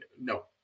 No